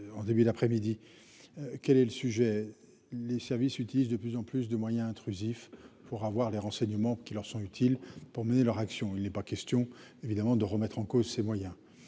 En début d'après-midi. Quel est le sujet les services utilisent de plus en plus de moyens intrusifs pour avoir les renseignements qui leur sont utiles pour mener leur action. Il n'est pas question évidemment de remettre en cause ces moyens.